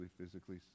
physically